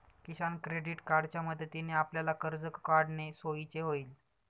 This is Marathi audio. किसान क्रेडिट कार्डच्या मदतीने आपल्याला कर्ज काढणे सोयीचे होईल